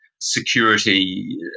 security